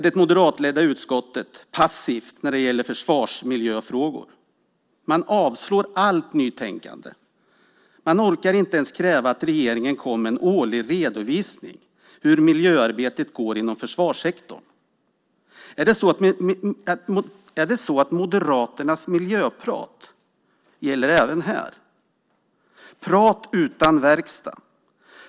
Det moderatledda utskottet är passivt när det gäller försvarsmiljöfrågor. Man avslår allt nytänkande. Man orkar inte ens kräva att regeringen kommer med en årlig redovisning över hur miljöarbetet går inom försvarssektorn. Är det så att Moderaternas miljöprat gäller även här - prat utan verkstad?